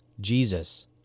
Jesus